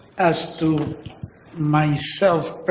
as to myself